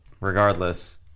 Regardless